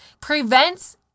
prevents